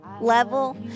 level